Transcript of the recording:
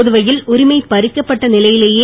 புதுவையில் பறிக்கப்பட்ட நிலையிலேயே